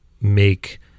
make